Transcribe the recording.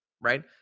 right